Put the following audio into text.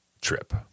trip